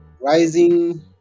Rising